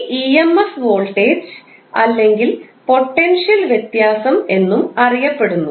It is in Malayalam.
ഈ emf വോൾട്ടേജ് അല്ലെങ്കിൽ പൊട്ടൻഷ്യൽ വ്യത്യാസം എന്നും അറിയപ്പെടുന്നു